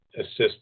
assist